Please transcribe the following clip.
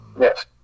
Yes